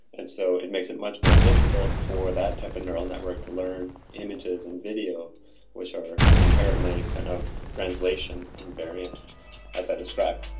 and so it makes it much more difficult for that type of neural network to learn images and video which are inherently kind of translation invariant as i described.